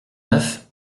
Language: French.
neuf